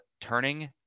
turning